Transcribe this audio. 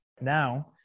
Now